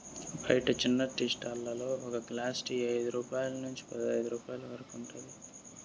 బయట చిన్న tea stall లలో ఒక గ్లాస్ టీ ఐదు రూపాయల నుంచి పదైదు రూపాయలు ఉంటుంది